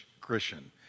Christian